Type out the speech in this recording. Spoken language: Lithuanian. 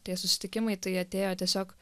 tie susitikimai tai atėjo tiesiog